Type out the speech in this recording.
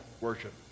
worship